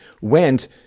went